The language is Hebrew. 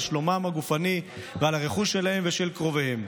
על שלומם הגופני ועל הרכוש שלהם ושל קרוביהם.